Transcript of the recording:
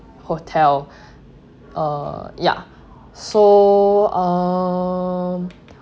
hotel uh ya so err